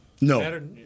No